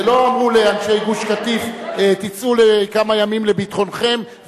ולא אמרו לאנשי גוש-קטיף: תצאו לכמה ימים לביטחונכם,